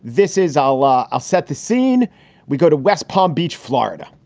this is all. ah i'll set the scene we go to west palm beach, florida,